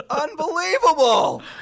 Unbelievable